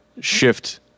shift